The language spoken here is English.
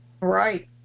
Right